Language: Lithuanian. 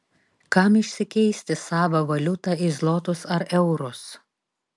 kam išsikeisti savą valiutą į zlotus ar eurus